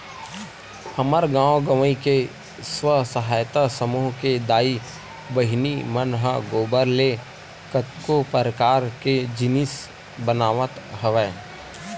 हमर गाँव गंवई के स्व सहायता समूह के दाई बहिनी मन ह गोबर ले कतको परकार के जिनिस बनावत हवय